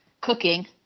cooking